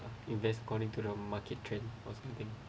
I invest according to the market trend or something